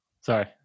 Sorry